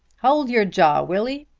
hold your jaw will ye?